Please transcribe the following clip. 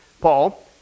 Paul